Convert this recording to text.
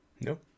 Nope